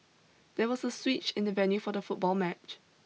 there was a switch in the venue for the football match